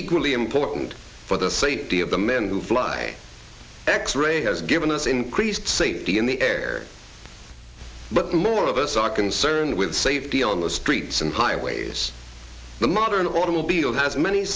equally important for the fate of the men who fly x ray has given us increased safety in the air but more of us are concerned with safety on the streets and highways the modern automobile has many